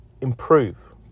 improve